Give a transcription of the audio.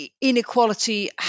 inequality